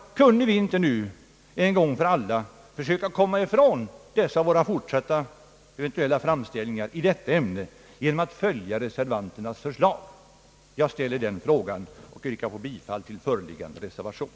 Skulle vi inte nu en gång för alla försöka komma ifrån dessa våra fortsatta eventuella framställningar i detta ämne genom att följa reservanternas förslag? Jag ställer denna fråga och yrkar bifall till föreliggande reservation.